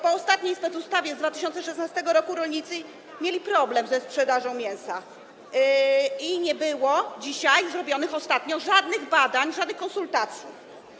Po ostatniej spec ustawie z 2016 r. rolnicy mieli problem ze sprzedażą mięsa i nie było robionych ostatnio żadnych badań, żadnych konsultacji.